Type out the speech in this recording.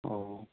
अह